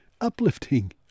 uplifting